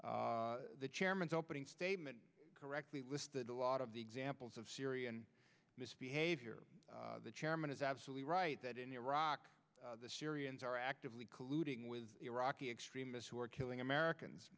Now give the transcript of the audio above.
heights the chairman's opening statement correctly listed a lot of the examples of syrian misbehavior the chairman is absolutely right that in iraq the syrians are actively colluding with iraqi extremists who are killing americans